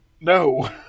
no